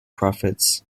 prophets